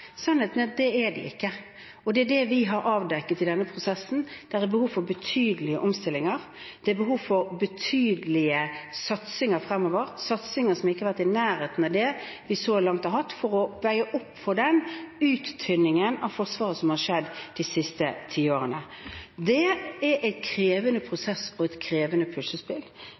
Sannheten er at det er de ikke. Det er det vi har avdekket i denne prosessen. Det er behov for betydelige omstillinger. Det er behov for betydelige satsinger fremover – satsinger som ikke har vært i nærheten av det vi så langt har hatt for å veie opp for den uttynningen av Forsvaret som har skjedd de siste ti årene. Det er en krevende prosess og et krevende